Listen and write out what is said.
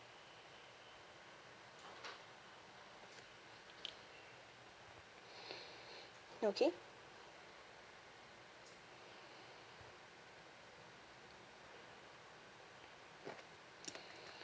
okay